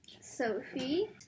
Sophie